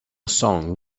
song